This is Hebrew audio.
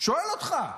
שואל אותך.